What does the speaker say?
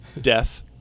Death